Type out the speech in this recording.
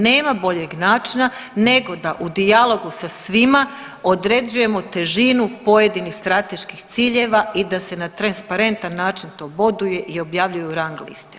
Nema boljeg načina nego da u dijalogu sa svima određujemo težinu pojedinih strateških ciljeva i da se na transparentan način to boduje i objavljuje u rang listi.